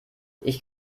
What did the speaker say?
ich